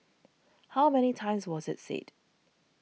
how many times was it said